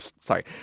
sorry